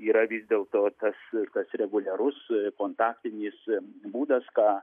yra vis dėl to tas tas reguliarus kontaktinis būdas ką